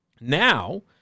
now